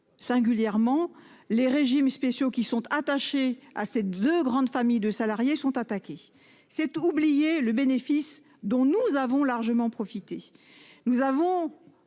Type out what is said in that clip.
Singulièrement les régimes spéciaux qui sont attachés à ces 2 grandes familles de salariés sont attaqués. C'est oublier le bénéfice dont nous avons largement profité. Nous avons